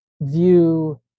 view